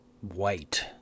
white